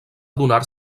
donar